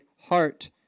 heart